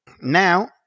Now